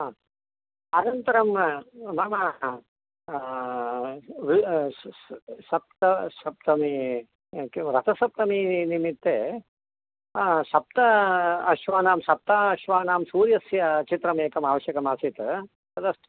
आह् अनन्तरं मम सप्तमी रथसप्तमी निमित्ते सप्त अश्वानां सप्त अश्वानां सूर्यस्य चित्रमेकम् आवश्यकमासीत् तदस्